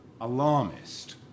alarmist